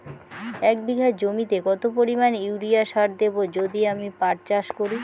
এক বিঘা জমিতে কত পরিমান ইউরিয়া সার দেব যদি আমি পাট চাষ করি?